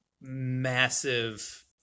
massive